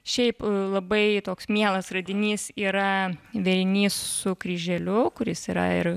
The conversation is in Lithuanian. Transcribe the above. šiaip labai toks mielas radinys yra vėrinys su kryželiu kuris yra ir